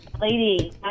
lady